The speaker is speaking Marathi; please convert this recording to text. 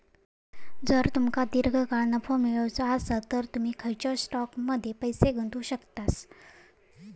जर तुमका दीर्घकाळ नफो मिळवायचो आसात तर तुम्ही खंयच्याव स्टॉकमध्ये पैसे गुंतवू शकतास